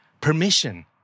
Permission